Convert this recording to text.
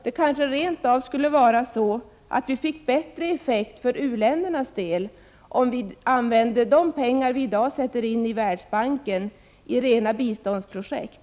Det kanske rent av skulle ge bättre effekt för u-ländernas del, om vi använde de pengar som vi i dag sätter in i Världsbanken till rena biståndsprojekt.